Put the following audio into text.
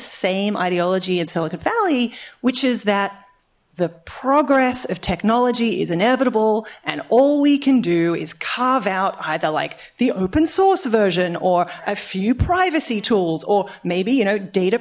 same ideology in silicon valley which is that the progress of technology is inevitable and all we can do is carve out either like the open source version or a few privacy tools or maybe you know data